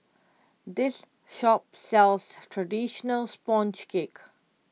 this shop sells Traditional Sponge Cake